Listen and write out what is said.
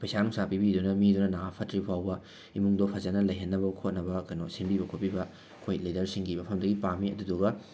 ꯄꯩꯁꯥ ꯅꯨꯡꯁꯥ ꯄꯤꯕꯤꯗꯨꯅ ꯃꯤꯗꯨꯅ ꯅꯥꯕ ꯐꯠꯇ꯭ꯔꯤꯐꯥꯎꯕ ꯏꯃꯨꯡꯗꯣ ꯐꯖꯅ ꯂꯩꯍꯟꯅꯕ ꯈꯣꯠꯅꯕ ꯀꯩꯅꯣ ꯁꯤꯟꯕꯤꯕ ꯈꯣꯠꯄꯤꯕ ꯑꯩꯈꯣꯏ ꯂꯤꯗꯔꯁꯤꯡꯒꯤ ꯃꯐꯝꯗꯒꯤ ꯄꯥꯝꯃꯤ ꯑꯗꯨꯗꯨꯒ